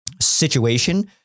situation